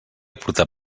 portar